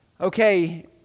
okay